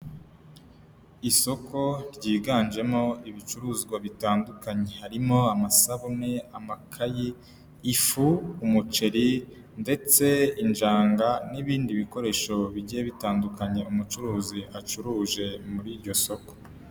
Isoko ryiganjemo ibicuruzwa bitandukanye, harimo amasabune, amakayi, ifu, umuceri ndetse injanga n'ibindi bikoresho bigiye bitandukanye umucuruzi acuruje muri iryo soko.